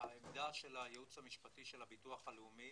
הייעוץ המשפטי של הביטוח הלאומי